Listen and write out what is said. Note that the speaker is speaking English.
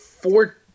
four